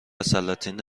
سلاطین